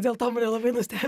dėl to labai nustebo